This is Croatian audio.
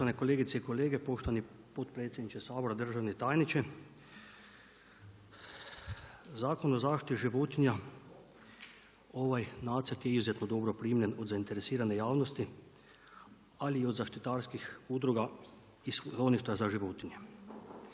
Poštovane kolegice i kolege, poštovani potpredsjedniče Sabora, državni tajniče. Zakon o zaštiti životinja ovaj nacrt je izuzetno dobro primljen od zainteresirane javnosti ali i od zaštitarskih udruga i skloništa za životinje.